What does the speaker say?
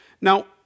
Now